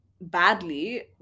badly